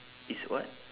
it's what